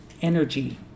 energy